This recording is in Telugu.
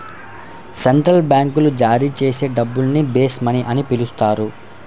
సెంట్రల్ బ్యాంకులు జారీ చేసే డబ్బుల్ని బేస్ మనీ అని పిలుస్తారు